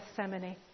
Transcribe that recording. Gethsemane